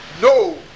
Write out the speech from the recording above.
No